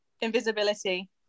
Invisibility